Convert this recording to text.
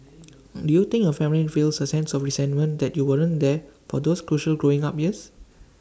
do you think your family feels A sense of resentment that you weren't there for those crucial growing up years